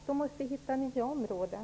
De måste hitta nya områden.